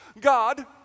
God